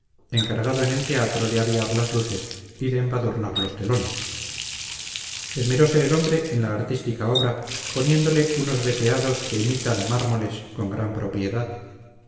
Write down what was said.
encargado en el teatro de aviar las luces y de embadurnar los telones esmerose el hombre en la artística obra poniéndole unos veteados que imitan mármoles con gran propiedad